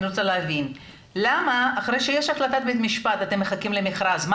אני רוצה להבין למה אחרי שיש החלטת בית משפט אתם מחכים למכרז.